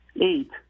eight